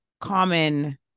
common